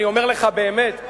אני אומר לך באמת,